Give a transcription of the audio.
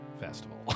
festival